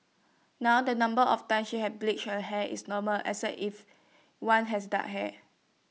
now the number of times she had to bleach her hair is normal especial if one has dark hair